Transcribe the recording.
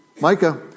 Micah